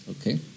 Okay